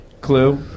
clue